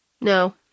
No